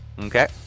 Okay